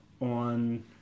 on